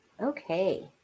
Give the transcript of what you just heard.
okay